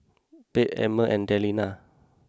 Pate Emmer and Dellia